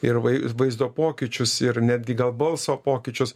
ir vaizdo pokyčius ir netgi gal balso pokyčius